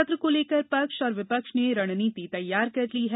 सत्र को लेकर पक्ष और विपक्ष ने रणनीति तैयार कर ली है